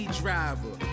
driver